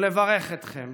ולברך אתכם